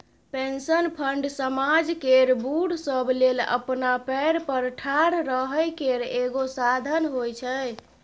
pension fund समाज केर बूढ़ सब लेल अपना पएर पर ठाढ़ रहइ केर एगो साधन होइ छै